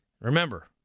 Remember